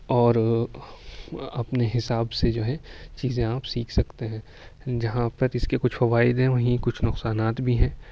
اور اپنے حساب سے جو ہے چیزیں آپ سیکھ سکتے ہیں جہاں پر اس کے کچھ فوائد ہیں وہیں کچھ نقصانات بھی ہیں